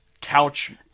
couch